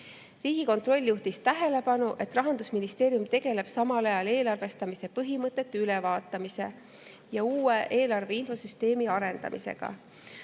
Riigikontroll juhtis tähelepanu, et Rahandusministeerium tegeleb samal ajal eelarvestamise põhimõtete ülevaatamise ja uue eelarveinfosüsteemi arendamisega.